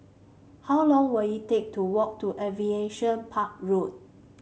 how long will it take to walk to Aviation Park Road